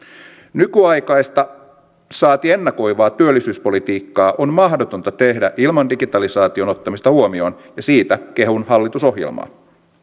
nykyaikaista saati ennakoivaa työllisyyspolitiikkaa on mahdotonta tehdä ilman digitalisaation ottamista huomioon ja siitä kehun hallitusohjelmaa